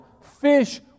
Fish